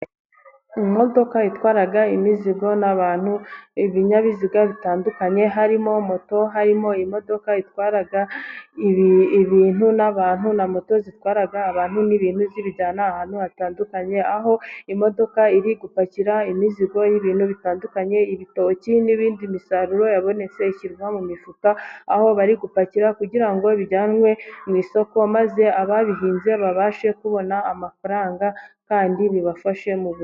Imodoka atwara imizigo n'abantu. Ibinyabiziga bitandukanye harimo moto, harimo imodoka itwaraga ibintu n'abantu na moto zitwara abantu n'ibintu zibijyana ahantu hatandukanye, aho imodoka iri gupakira imizigo y'ibintu bitandukanye. Ibitoki n'indi misaruro yabonetse ishyirwa mu mifuka, aho bari gupakira kugira ngo bijyanwe mu isoko maze ababihinze babashe kubona amafaranga, kandi bibafashe mu bu...